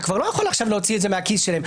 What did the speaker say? אתה כבר לא יכול להוציא את זה מהכיס שלהם.